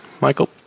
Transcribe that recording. Michael